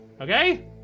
okay